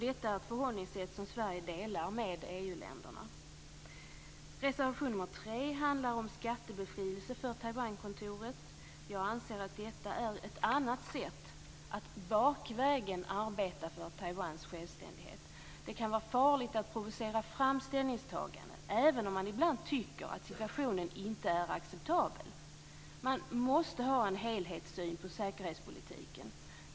Detta är ett förhållningssätt som Sverige delar med de övriga EU-länderna. Taiwankontoret. Jag anser att detta är ett sätt att bakvägen arbeta för Taiwans självständighet. Det kan vara farligt att provocera fram ställningstaganden, även om man ibland tycker att situationen inte är acceptabel. Man måste ha en helhetssyn på säkerhetspolitiken.